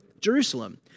Jerusalem